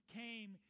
came